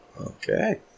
Okay